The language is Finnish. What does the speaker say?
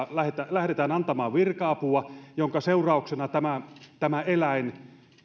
lähdetään antamaan virka apua jonka seurauksena tämä tämä eläin